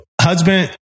husband